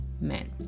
men